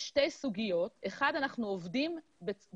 יש שתי סוגיות, אחת, אנחנו עובדים בהסכמה.